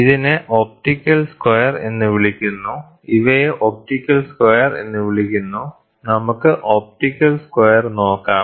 ഇതിനെ optical square എന്ന് വിളിക്കുന്നു ഇവയെ ഒപ്റ്റിക്കൽ സ്ക്വയർ എന്ന് വിളിക്കുന്നു നമുക്ക് ഒപ്റ്റിക്കൽ സ്ക്വയർ നോക്കാം